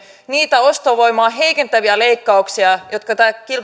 niitä ostovoimaa heikentäviä leikkauksia joita tämä